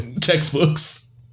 textbooks